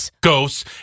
ghosts